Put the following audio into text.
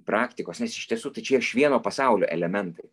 praktikos nes iš tiesų tai čia iš vieno pasaulio elementai